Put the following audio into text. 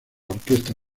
orquesta